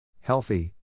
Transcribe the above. healthy